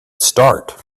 start